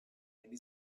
many